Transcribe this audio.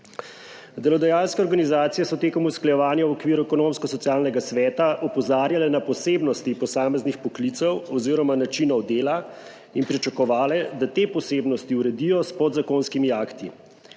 Delodajalske organizacije so tekom usklajevanja v okviru Ekonomsko-socialnega sveta opozarjale na posebnosti posameznih poklicev oziroma načinov dela in pričakovale, da te posebnosti uredijo s podzakonskimi akti.